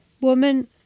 woman